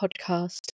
podcast